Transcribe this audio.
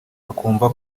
bakumva